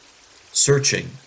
searching